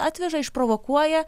atveža išprovokuoja